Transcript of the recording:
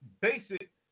basic